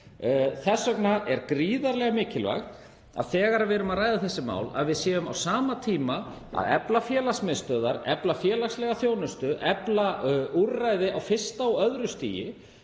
Það er því gríðarlega mikilvægt, þegar við erum að ræða þessi mál, að við séum á sama tíma að efla félagsmiðstöðvar, efla félagslega þjónustu, efla úrræði á fyrsta og öðru stigi